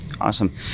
awesome